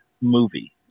movie